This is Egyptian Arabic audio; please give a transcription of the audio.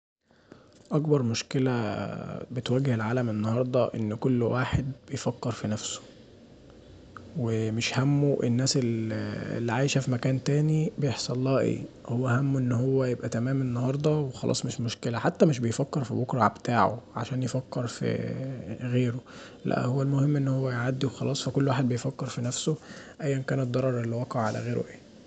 أكبر مشكله بتواجه العالم النهارده ان كل واحد بيفكر في نفسه ومش هامه الناس اللي عايشه في مكان تاني بيحصلها ايه، هو همه ان هو يبقي تمام النهارده وخلاص مش مشكله، حتي مش بيفكر في بكره بتاعه عشان يفكر في غيره، لا هو المهم ان هو يعدي وخلاص فكل واحد بيفكر في نفسه ايا كان الضرر اللي وقع علي غيره ايه.